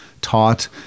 taught